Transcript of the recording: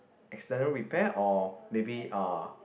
external repair or maybe uh